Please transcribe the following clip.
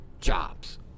jobs